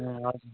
ए हजुर